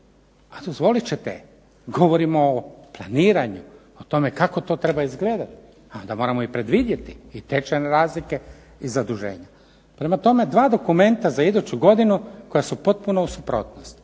a dozvolit će govorimo o planiranju, o tome kako to treba izgledati, a onda moramo i predvidjeti i tečajne razlike i zaduženja. Prema tome dva dokumenta za iduću godinu koja su potpuno u suprotnosti,